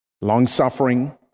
long-suffering